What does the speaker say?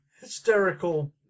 hysterical